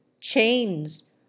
chains